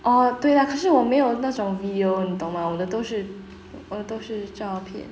oh 对啦可是我没有那种 video 你懂吗我的都是我的都是照片